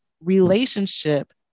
relationship